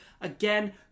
again